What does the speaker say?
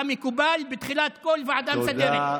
כמקובל בתחילת כל ועדה מסדרת.